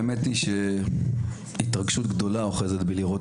האמת היא שהתרגשות גדולה אוחזת בי לראות